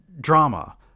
drama